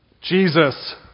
Jesus